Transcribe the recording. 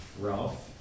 Ralph